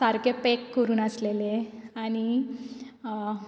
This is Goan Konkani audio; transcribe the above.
सारकें पॅक करून आसलेलें आनी